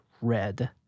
red